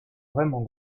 vraiment